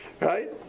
Right